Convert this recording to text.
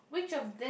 which of this